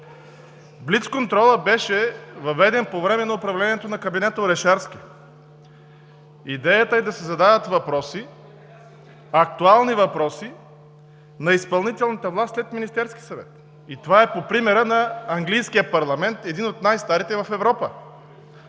Блицконтролът беше въведен по време на управлението на кабинета Орешарски. Идеята е да се задават актуални въпроси на изпълнителната власт след Министерски съвет. Това е по примера на английския парламент – един от най-старите в Европа.